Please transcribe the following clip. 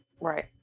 Right